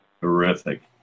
Terrific